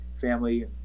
family